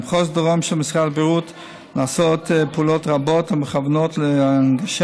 במחוז הדרום של משרד הבריאות נעשות פעולות רבות המכוונות להנגשה